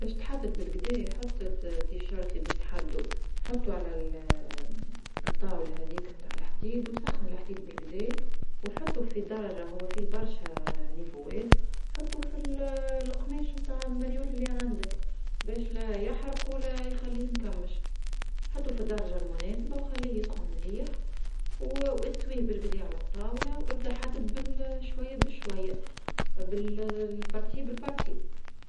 باش تحدد بالقدا حط ت- تيشيرت لي باش تحدو حطو على الطاولة هاذيكا نتاع الحديد وسخن الحديد بالقدا. وحطو في درجة هو في برشا نيفوات، حطو في القماش متاع المريول لي عندك باش لا يحرقو لا يخليه مكمشد حطو في الدرجة المناسبة وخليه يسخن مليح و- واستويه بلكدا على الطاولة، وأبدا حدد بالشوية بشوية. بال- مقطع بالمقطع.